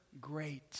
great